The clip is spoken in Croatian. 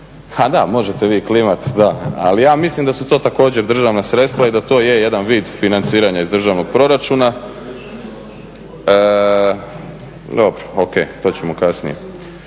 a da možete vi klimati, da, ali ja mislim da su to također državna sredstva i da to je jedan vip financiranja iz državnog proračuna. Dobro, o.k. to ćemo kasnije.